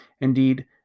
indeed